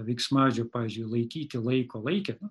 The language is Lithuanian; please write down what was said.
veiksmažodžio pavyzdžiui laikyti laiko laikė